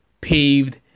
paved